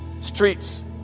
streets